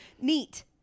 neat